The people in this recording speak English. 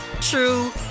true